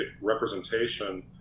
representation